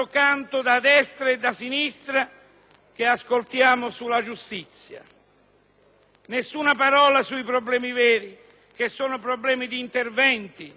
viene spesa sui problemi veri, che sono problemi di interventi: di aumento del numero dei magistrati e per la loro scuola di formazione;